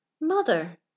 mother